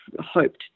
hoped